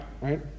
right